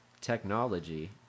Technology